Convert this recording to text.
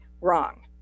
wrong